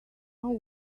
how